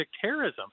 terrorism